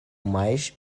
mais